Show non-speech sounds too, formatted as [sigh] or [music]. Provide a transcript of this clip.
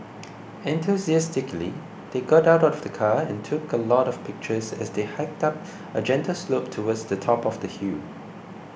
[noise] enthusiastically they got out of the car and took a lot of pictures as they hiked up [noise] a gentle slope towards the top of the hill